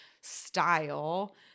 style